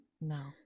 no